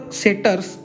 setters